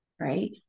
right